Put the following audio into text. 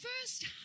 first